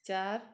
चार